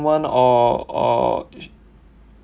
or or